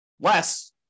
Less